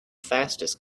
fastest